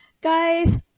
guys